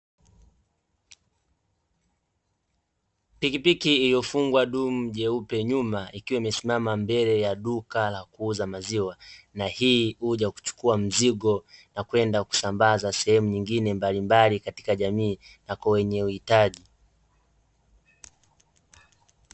Pikipiki iliyofungwa dumu jeupe nyuma ikiwa imesimama mbele ya duka la kuuza maziwa, na hii huja kuchukua mzigo na kwenda kusambaza sehemu nyingine mbalimbali katika jamii na kwenye uhitaji .